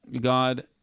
God